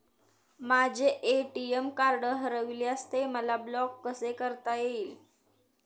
माझे ATM card हरविल्यास ते मला ब्लॉक कसे करता येईल?